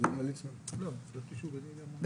למה ליצמן?